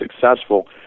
successful